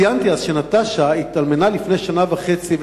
ציינתי אז שנטשה התאלמנה לפני שנה וחצי,